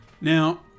now